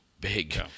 big